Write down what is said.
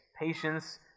patience